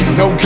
no